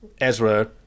ezra